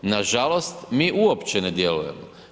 Nažalost, mi uopće ne djelujemo.